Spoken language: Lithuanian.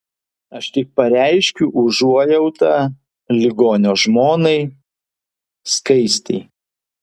aš tik pareikšiu užuojautą ligonio žmonai skaistei